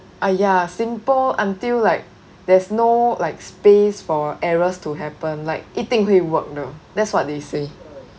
ah ya simple until like there's no like space for errors to happen like 一定会 work 的 that's what they say